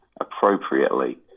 appropriately